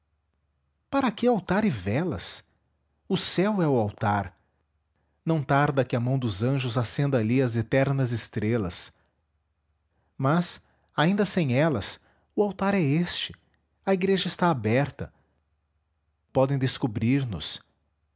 para que altar e velas o céu é o altar não tarda que a mão dos anjos acenda ali as eternas estrelas mas ainda sem elas o altar é este a igreja está aberta podem descobrir nos